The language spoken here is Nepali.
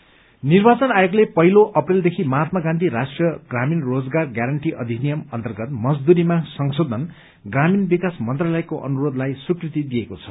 मनरेगा निर्वाचन आयोगले पहिलो अप्रेलदेखि महात्मा गान्धी राष्ट्रीय ग्रामीण रोजगार गारण्टी अधिनियम अन्तर्गत मजदूरीमा संशोधन ग्रामीण विकास मन्त्रालयको अनुरोधलाई स्वीकृति दिएको छ